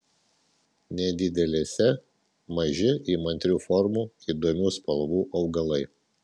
nedidelėse maži įmantrių formų įdomių spalvų augalai